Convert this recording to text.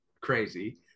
crazy